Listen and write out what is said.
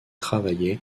travaillait